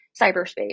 cyberspace